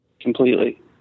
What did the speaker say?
completely